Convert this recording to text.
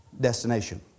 destination